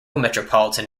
metropolitan